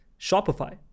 shopify